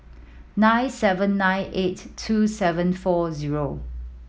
nine seven nine eight two seven four zero